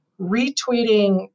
retweeting